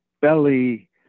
belly